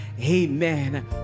amen